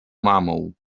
mamą